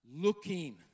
looking